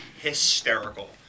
hysterical